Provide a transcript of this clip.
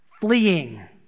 fleeing